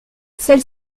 celle